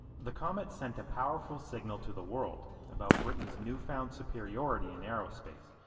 the comet sent a powerful signal to the world about britain's newfound superiority in aerospace.